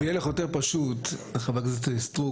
חה"כ סטרוק,